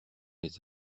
les